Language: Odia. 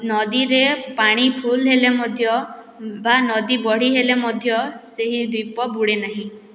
ନଦୀରେ ପାଣି ଫୁଲ୍ ହେଲେ ମଧ୍ୟ ବା ନଦୀବଢ଼ି ହେଲେ ମଧ୍ୟ ସେହି ଦ୍ଵୀପ ବୁଡ଼େନାହିଁ